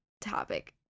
topic